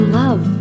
love